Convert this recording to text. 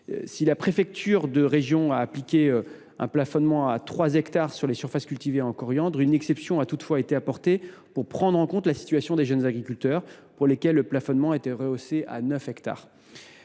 Si la préfecture de région a appliqué un plafonnement à trois hectares sur les surfaces cultivées en coriandre, une exception a été apportée, afin de prendre en compte la situation des jeunes agriculteurs, pour lesquels le plafonnement a été rehaussé à neuf hectares.